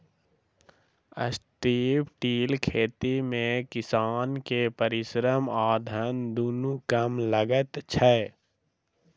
strip till खेती मे किसान के परिश्रम आ धन दुनू कम लगैत छै